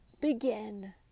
begin